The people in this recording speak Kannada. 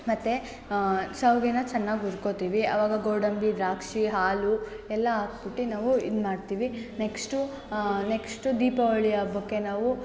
ಮತ್ತು ಶಾವ್ಗೆನ ಚೆನ್ನಾಗಿ ಹುರ್ಕೊತೀವಿ ಅವಾಗ ಗೋಡಂಬಿ ದ್ರಾಕ್ಷಿ ಹಾಲು ಎಲ್ಲ ಹಾಕ್ಬುಟ್ಟಿ ನಾವು ಇದು ಮಾಡ್ತೀವಿ ನೆಕ್ಷ್ಟು ನೆಕ್ಷ್ಟು ದೀಪಾವಳಿ ಹಬ್ಬಕ್ಕೆ ನಾವು